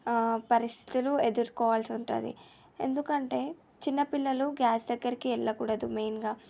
పరిస్థితులు ఎదుర్కోవాల్సి ఉంటుంది ఎందుకంటే చిన్నపిల్లలు గ్యాస్ దగ్గరికి వెళ్ళకూడదు మెయిన్గా